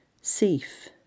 safe